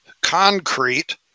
concrete